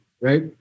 Right